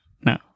No